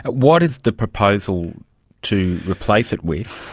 what is the proposal to replace it with,